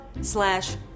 slash